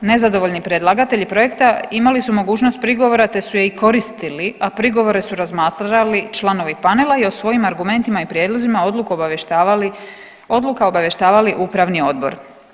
Nezadovoljni predlagatelji projekta imali su mogućnost prigovora te su je i koristili, a prigovore su razmatrali članovi panela i o svojim argumentima i prijedlozima odluku obavještavali, odluka obavještavali upravni odbor.